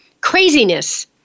craziness